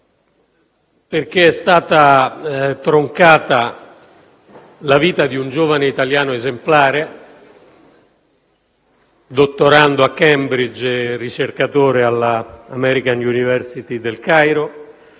perché è stata troncata la vita di un giovane italiano esemplare, dottorando a Cambridge e ricercatore alla American University del Cairo,